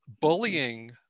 bullying